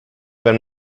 wenn